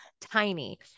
tiny